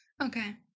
Okay